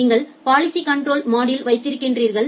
நீங்கள் policy control மாடுலே வைத்திருக்கிறீர்கள்